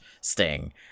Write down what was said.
Sting